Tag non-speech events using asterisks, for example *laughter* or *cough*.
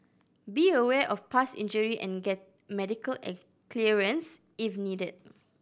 be aware of past injury and get medical *unintelligible* clearance if needed